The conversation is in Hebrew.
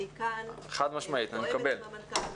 אני כאן מתואמת עם המנכ"ל,